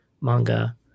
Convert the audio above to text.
manga